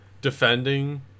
defending